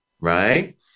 right